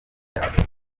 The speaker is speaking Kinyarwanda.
yawe